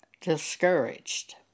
discouraged